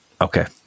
okay